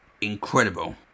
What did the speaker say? incredible